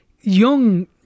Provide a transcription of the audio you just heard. young